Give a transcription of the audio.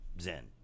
Zen